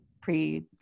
pre